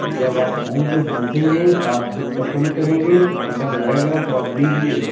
जब आप आएँगे देखेंगे तो आप ख़ुद पसंद करेंगे तो पसंद आएगा तो आप लीजिएगा